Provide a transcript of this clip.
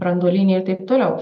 branduoliniai ir taip toliau